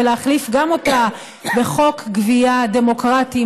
ולהחליף גם אותה בחוק גבייה דמוקרטי,